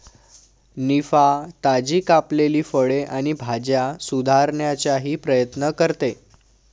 निफा, ताजी कापलेली फळे आणि भाज्या सुधारण्याचाही प्रयत्न करते